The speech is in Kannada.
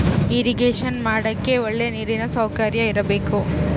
ಇರಿಗೇಷನ ಮಾಡಕ್ಕೆ ಒಳ್ಳೆ ನೀರಿನ ಸೌಕರ್ಯ ಇರಬೇಕು